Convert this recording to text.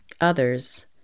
others